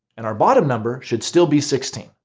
and our bottom number should still be sixteen.